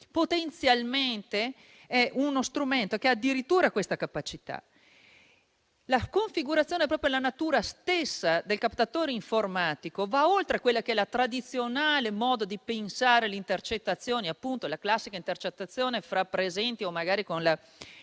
potenzialmente, è uno strumento che ha addirittura questa capacità. La configurazione e la natura stessa del captatore informatico vanno oltre il tradizionale modo di pensare l'intercettazione (la classica intercettazione fra presenti, magari con la